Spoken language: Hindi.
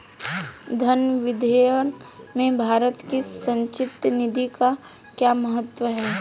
धन विधेयक में भारत की संचित निधि का क्या महत्व है?